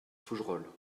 fougerolles